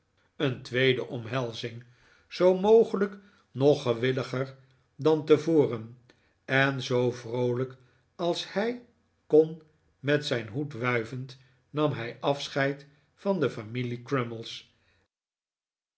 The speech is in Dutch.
een tweede omhelzing zoo mogelijk nog gewilliger dan tevoren en zoo vroolijk als hij kon met zijn hoed wuivend nam hij afscheid van de familie